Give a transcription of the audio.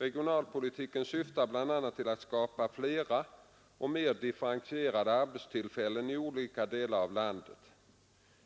Regionalpolitiken syftar bl.a. till att skapa flera och mer differentiera de arbetstillfällen i olika delar av landet.